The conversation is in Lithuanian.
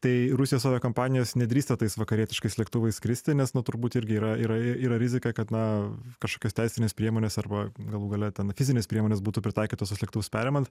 tai rusijos aviakompanijos nedrįsta tais vakarietiškais lėktuvais skristi nes na turbūt irgi yra yra yra rizika kad na kažkokios teisinės priemonės arba galų gale ten fizinės priemonės būtų pritaikytos atliktos perimant